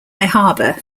harbour